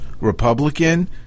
Republican